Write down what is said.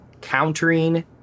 countering